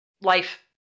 life